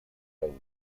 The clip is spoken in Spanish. reino